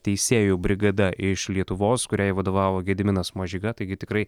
teisėjų brigada iš lietuvos kuriai vadovavo gediminas mažeika taigi tikrai